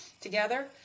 together